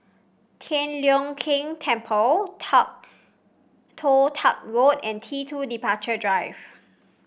Tian Leong Keng Temple Toh Toh Tuck Road and T two Departure Drive